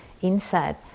inside